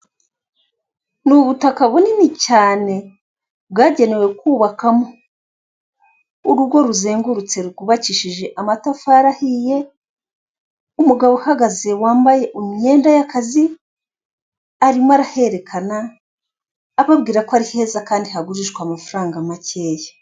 Ni ubutaka bunini cyane bwagenewe kubakwamo, urugo ruzengurutse rwubakishije amatafari ahiye, umugabo uhagaze wambaye imyenda y'akazi arimo arahererekana ababwira ko ari heza kandi hagurishwa amafaranga makeya.